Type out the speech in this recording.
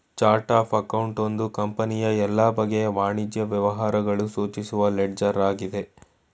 chart of account ಒಂದು ಕಂಪನಿಯ ಎಲ್ಲ ಬಗೆಯ ವಾಣಿಜ್ಯ ವ್ಯವಹಾರಗಳು ಸೂಚಿಸುವ ಲೆಡ್ಜರ್ ಆಗಿದೆ